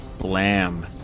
Blam